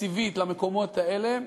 התקציבית למקומות האלה,